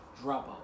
dropout